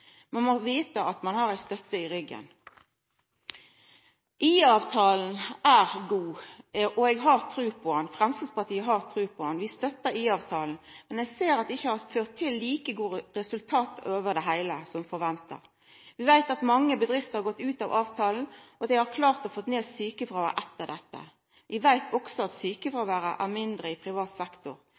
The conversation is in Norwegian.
må vita at ein har støtte i ryggen. IA-avtalen er god, og eg og Framstegspartiet har trua på han. Vi støttar IA-avtalen, men eg ser at han ikkje har ført til like gode resultat over det heile som forventa. Vi veit at mange bedrifter har gått ut av avtalen, og at dei har klart å få ned sjukefråværet etter dette. Vi veit også at sjukefråværet er mindre i privat sektor.